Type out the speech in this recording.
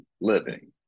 living